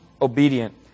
obedient